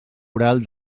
oral